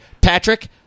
Patrick